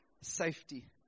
safety